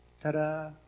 Ta-da